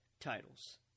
titles